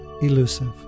elusive